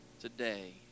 today